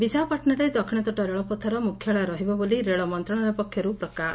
ବିଶାଖାପାଟଶାରେ ଦକ୍ଷିଣତଟ ରେଳପଥର ମୁଖ୍ୟାଳୟ ରହିବ ବୋଲି ରେଳ ମନ୍ତଶାଳୟ ପକ୍ଷରୁ ପ୍ରକାଶ